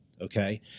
okay